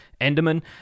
Enderman